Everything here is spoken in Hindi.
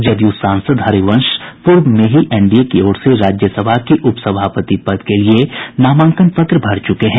जदयू सांसद हरिवंश पूर्व में ही एनडीए की ओर से राज्यसभा के उपसभापति पद के लिये नामांकन पत्र भर चुके हैं